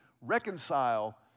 reconcile